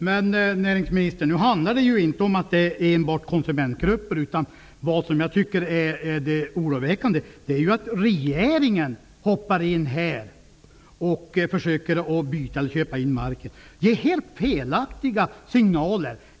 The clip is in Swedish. Fru talman! Men det handlar nu, näringsministern inte enbart om konsumentgrupper. Det oroväckande är att regeringen hoppar in och försöker byta till sig eller köpa in marken. Man ger helt felaktiga signaler.